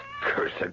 cursed